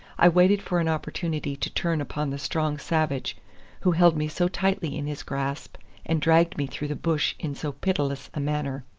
i waited for an opportunity to turn upon the strong savage who held me so tightly in his grasp and dragged me through the bush in so pitiless a manner.